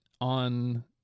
on